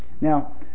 Now